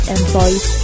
employees